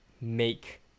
make